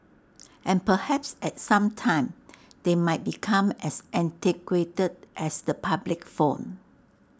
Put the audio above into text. and perhaps at some time they might become as antiquated as the public phone